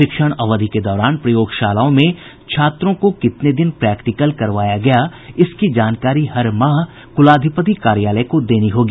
शिक्षण अवधि के दौरान प्रयोगशालाओं में छात्रों को कितने दिन प्रैक्टिकल करवाया गया इसकी जानकारी हर माह कुलाधिपति कार्यालय को देनी होगी